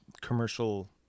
commercial